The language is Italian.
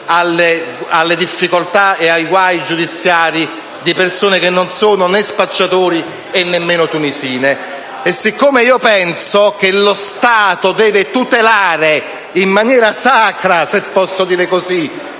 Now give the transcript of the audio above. alle difficoltà e ai guai giudiziari di persone che non sono né spacciatori e nemmeno tunisine. E siccome io penso che lo Stato debba tutelare in maniera sacra (se posso usare